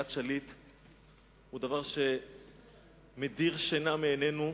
הוא דבר שמדיר שינה מעינינו,